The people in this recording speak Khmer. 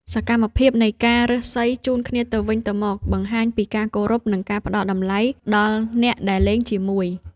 សកម្មភាពនៃការរើសសីជូនគ្នាទៅវិញទៅមក បង្ហាញពីការគោរព និងការផ្តល់តម្លៃដល់អ្នកដែលលេងជាមួយ។